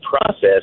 process